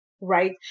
right